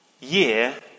year